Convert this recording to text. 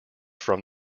from